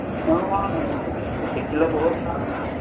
শিকিলে বহুত ভাল